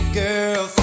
girl